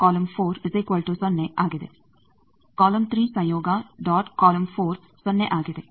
column ಸಂಯೋಗ dot column 4 ಸೊನ್ನೆ ಆಗಿದೆ